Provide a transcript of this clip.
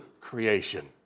creation